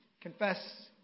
Confess